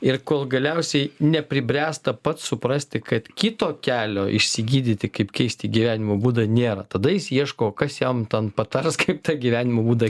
ir kol galiausiai nepribręsta pats suprasti kad kito kelio išsigydyti kaip keisti gyvenimo būdą nėra tada jis ieško kas jam ten patars kaip tą gyvenimo būdą